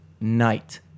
night